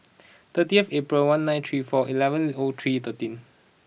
thirtieth April one nine three four eleven O three thirteen